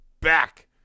back